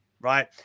right